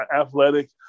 athletic